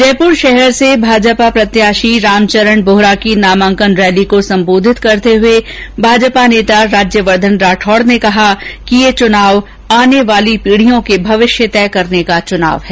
जयपुर शहर से भाजपा प्रत्याशी रामचरण बोहरा की नामांकन रैली को सम्बोधित करते हुए भाजपा नेता राज्यवर्द्वन राठौड़ ने कहा कि यह चुनाव आने वाली पीढियों के भविष्य तय करने का चुनाव है